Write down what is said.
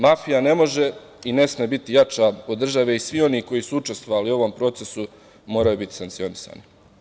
Mafija ne može i ne sme biti jača od države i svi oni koji su učestvovali u ovom procesu moraju biti sankcionisani.